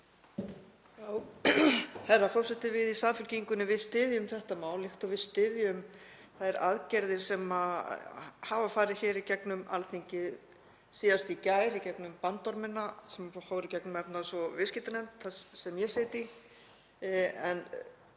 Herra forseti. Við í Samfylkingunni styðjum þetta mál líkt og við styðjum þær aðgerðir sem hafa farið í gegnum Alþingi, síðast í gær í gegnum bandorminn sem fór í gegnum efnahags- og viðskiptanefnd sem ég sit